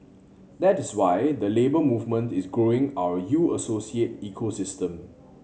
that is why the Labour Movement is growing our U Associate ecosystem